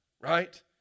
Right